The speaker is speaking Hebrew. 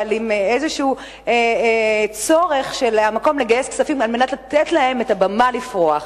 אבל עם איזה צורך של המקום לגייס כספים על מנת לתת להם את הבמה לפרוח.